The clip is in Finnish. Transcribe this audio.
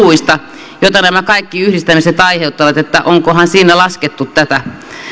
niistä kuluista joita nämä kaikki yhdistämiset aiheuttavat että onkohan siinä laskettu tätä